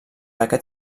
aquest